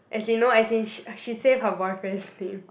as in no as in she she save her boyfriend's name